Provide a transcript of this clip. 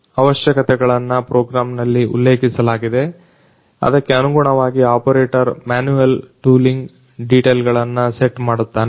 ಅವಶ್ಯಕತೆಗಳನ್ನು ಪ್ರೋಗ್ರಾಮ್ನಲ್ಲಿ ಉಲ್ಲೇಖಿಸಲಾಗಿದೆ ಅದಕ್ಕೆ ಅನುಗುಣವಾಗಿ ಆಪರೇಟರ್ ಮ್ಯಾನುಯೆಲ್ ಟೂಲಿಂಗ್ ಡಿಟೇಲ್ ಗಳನ್ನ ಸೆಟ್ ಮಾಡುತ್ತಾನೆ